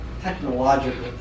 technological